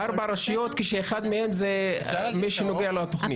ארבע רשויות, כשאחת מהן זו מי שנוגעת לה התוכנית.